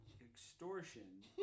extortion